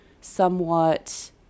somewhat –